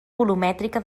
volumètrica